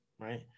right